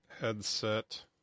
headset